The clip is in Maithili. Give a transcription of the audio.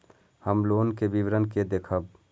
हम लोन के विवरण के देखब?